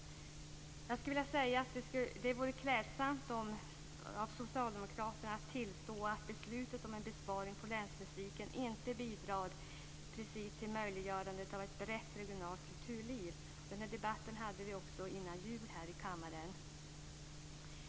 Jag skulle vilja säga att det vore klädsamt om socialdemokraterna ville tillstå att beslutet om en besparing på länsmusiken inte precis bidrar till möjliggörande av ett brett regionalt kulturliv. En debatt om detta hade vi också före julen här i kammaren.